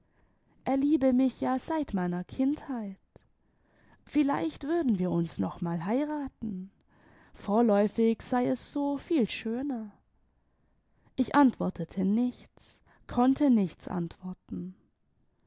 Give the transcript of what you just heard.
er liebe mich ja seit meiner kindheit vielleicht würden wir ims noch mal heiraten vorläufig sei es so viel schöner ich antwortete nichts konnte nichts antworten